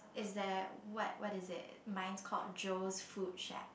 is there what what is it mine's called Joe's food shack